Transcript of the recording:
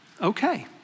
Okay